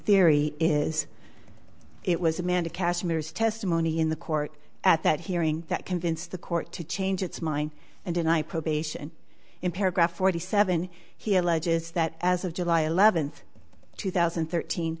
theory is it was amanda kashmir's testimony in the court at that hearing that convinced the court to change its mind and deny probation in paragraph forty seven he alleges that as of july eleventh two thousand and thirteen